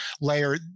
layer